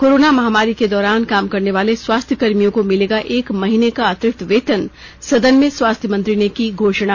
corona महामारी के दौरान काम करने वाले स्वास्थकर्मियों को मिलेगा एक महीने का अतिरिक्त वेतन सदन में स्वास्थ्य मंत्री ने की घोषणा